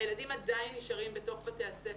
הילדים עדיין נשארים בתוך בתי הספר.